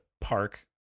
park